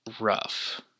rough